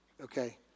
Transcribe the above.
okay